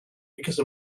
because